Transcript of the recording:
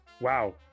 Wow